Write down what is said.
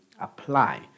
apply